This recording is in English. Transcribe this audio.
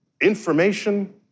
information